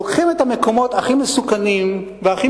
לוקחים את המקומות הכי מסוכנים והכי